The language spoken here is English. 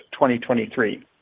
2023